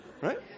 right